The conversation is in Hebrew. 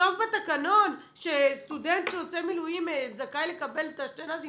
לכתוב בתקנון שסטודנט שעושה מילואים זכאי לקבל שני נ"זים.